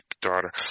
daughter